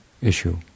issue